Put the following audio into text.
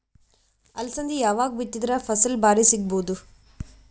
ಅಲಸಂದಿ ಯಾವಾಗ ಬಿತ್ತಿದರ ಫಸಲ ಭಾರಿ ಸಿಗಭೂದು?